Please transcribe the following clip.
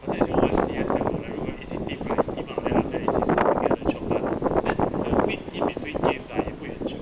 我时是有一温习 as in like everyone 一起 team up then after that 一起 stick together chiong 他 then the wait in between teams ah you put your chop